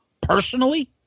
personally